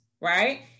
right